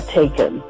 taken